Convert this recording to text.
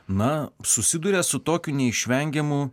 na susiduria su tokiu neišvengiamu